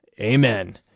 Amen